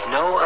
no